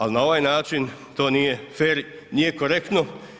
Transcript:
Ali na ovaj način to nije fer, nije korektno.